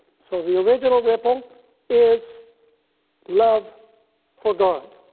so the original ripple is love for god.